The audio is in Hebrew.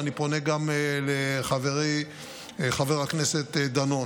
ואני פונה גם לחברי חבר הכנסת דנון: